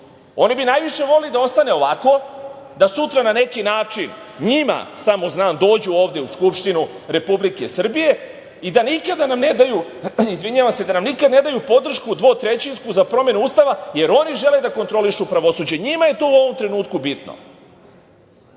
Oni bi najviše voleli da ostane ovako, da sutra na neki način njima samo znan, dođu ovde u Skupštinu Republike Srbije i da nam nikada ne daju podršku dvotrećinsku za promenu Ustava, jer oni žele da kontrolišu pravosuđe, njima je to u ovom trenutku bitno. Kako